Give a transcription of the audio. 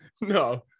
no